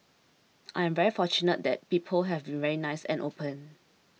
I am very fortunate that people have been very nice and open